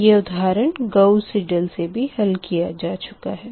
यह उदाहरण Gauss Seidel से भी हल किया जा चुका है